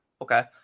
okay